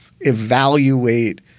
evaluate